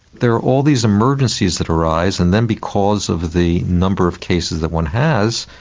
there are all these emergencies that arise. and then because of the number of cases that one has,